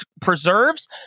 preserves